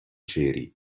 ceri